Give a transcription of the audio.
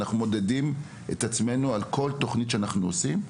ואנחנו מודדים את עצמנו על כל תוכנית שאנחנו עושים.